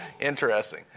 interesting